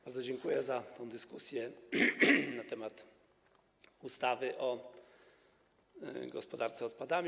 Bardzo dziękuję za dyskusję na temat ustawy o gospodarce odpadami.